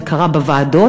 זה קרה בוועדות,